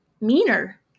meaner